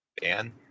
Dan